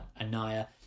Anaya